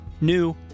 new